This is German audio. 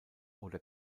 oder